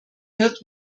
wird